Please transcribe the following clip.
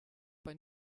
bei